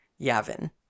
Yavin